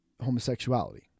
homosexuality